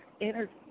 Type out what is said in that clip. energy